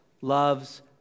loves